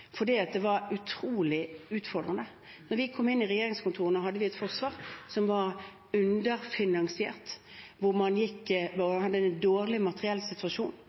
Det var utrolig utfordrende. Da vi kom inn i regjeringskontorene, hadde vi et forsvar som var underfinansiert, hvor man hadde en dårlig